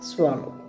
Swallow